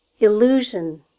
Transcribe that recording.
Illusion